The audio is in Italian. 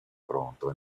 pronto